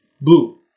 Blue